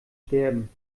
sterben